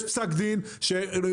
יש פסק דין מוחלט,